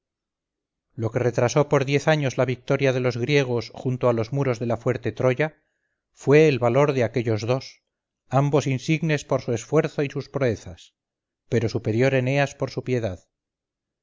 lo que retrasó por diez años la victoria de los griegos junto a los muros de la fuerte troya fue el valor de aquellos dos ambos insignes por su esfuerzo y sus proezas pero superior eneas por su piedad